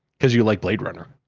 cause you like blade runner.